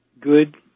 good